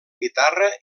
guitarra